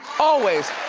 always.